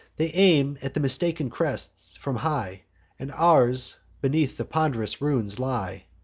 they aim at the mistaken crests, from high and ours beneath the pond'rous ruin lie.